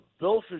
Billfish